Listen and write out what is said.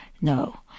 No